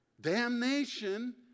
damnation